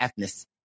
ethnicity